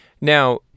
Now